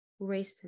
racist